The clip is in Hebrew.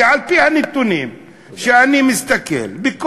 כי על-פי הנתונים שאני מסתכל עליהם,